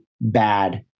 bad